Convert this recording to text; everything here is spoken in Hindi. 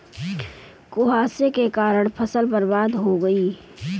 कुहासे के कारण फसल बर्बाद हो गयी